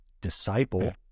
disciple